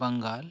Bengal